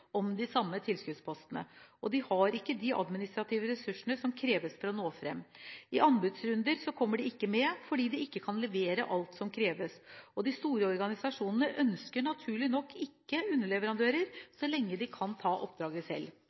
om de samme tilskuddspostene. De har ikke de administrative ressursene som kreves for å nå fram. I anbudsrunder kommer de ikke med fordi de ikke kan levere alt som kreves, og de store organisasjonene ønsker naturlig nok ikke underleverandører så lenge de kan ta oppdraget selv.